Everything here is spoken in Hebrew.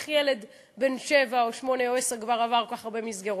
איך ילד בן שבע או שמונה או עשר כבר עבר כל כך הרבה מסגרות?